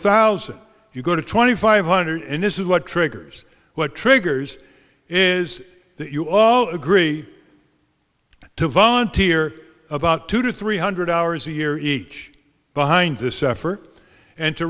thousand you go to twenty five hundred in this is what triggers what triggers is that you all agree to volunteer about two to three hundred hours a year each behind this effort and to